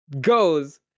goes